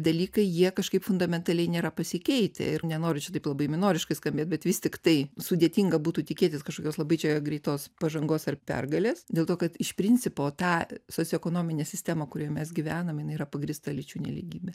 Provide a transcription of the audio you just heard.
dalykai jie kažkaip fundamentaliai nėra pasikeitę ir nenoriu čia taip labai minoriškai skambėt bet vis tiktai sudėtinga būtų tikėtis kažkokios labai čia greitos pažangos ar pergalės dėl to kad iš principo ta socioekonominė sistema kurioj mes gyvename jin yra pagrįsta lyčių nelygybe